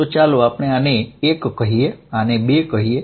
ચાલો આપણે આને 1 કહીએ આને 2 કહીએ